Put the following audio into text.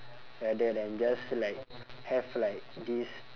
rather than just like have like this